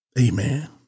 Amen